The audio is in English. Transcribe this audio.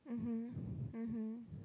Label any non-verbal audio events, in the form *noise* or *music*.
mmhmm *breath* mmhmm